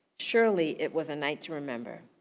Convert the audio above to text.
surely, it was a night to remember.